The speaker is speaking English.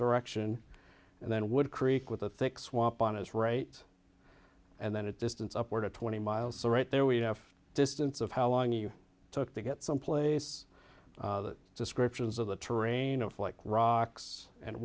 direction and then would creek with a thick swamp on his right and then a distance upward of twenty miles so right there we have distance of how long you took to get someplace descriptions of the terrain off like rocks and